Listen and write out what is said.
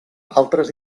altres